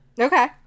Okay